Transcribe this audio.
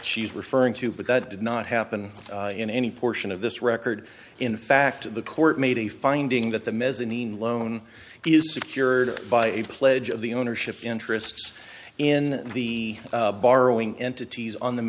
she's referring to but that did not happen in any portion of this record in fact the court made a finding that the mezzanine loan is secured by a pledge of the ownership interests in the borrowing entities on the